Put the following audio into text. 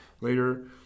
later